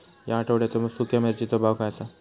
या आठवड्याचो सुख्या मिर्चीचो भाव काय आसा?